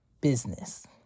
business